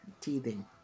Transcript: teething